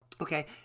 Okay